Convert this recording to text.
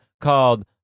called